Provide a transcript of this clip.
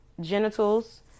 genitals